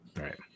Right